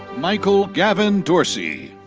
michael gavin dorsey.